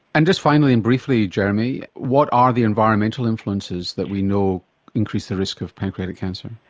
and just finally and briefly, jeremy, what are the environmental influences that we know increase the risk of pancreatic cancer?